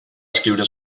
escriure